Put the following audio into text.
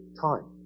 time